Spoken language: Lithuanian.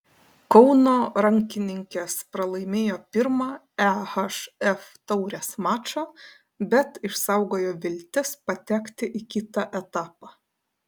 kauno rankininkės pralaimėjo pirmą ehf taurės mačą bet išsaugojo viltis patekti į kitą etapą